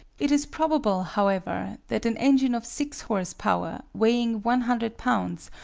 it is probable, however, that an engine of six horse-power, weighing one hundred lbs,